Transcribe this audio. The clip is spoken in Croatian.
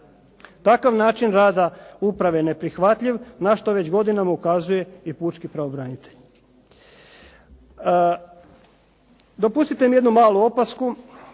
Takav način rada uprave je neprihvatljiv na što već godinama i ukazuje pučki pravobranitelj. Dopustite mi jednu malu opasku.